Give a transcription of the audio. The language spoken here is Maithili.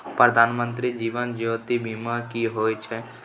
प्रधानमंत्री जीवन ज्योती बीमा की होय छै?